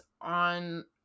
on